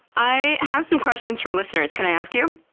i have some questions from listeners, can i ask you?